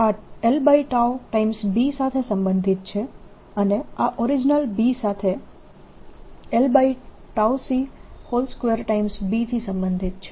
આ lB સાથે સંબંધિત છે અને આ ઓરીજીનલ B સાથે 2B થી સંબંધિત છે